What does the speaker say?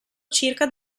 circa